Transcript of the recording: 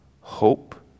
hope